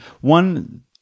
one